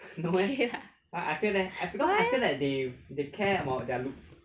okay lah why leh